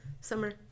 summer